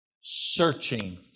searching